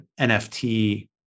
NFT